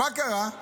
מה קרה?